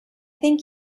thank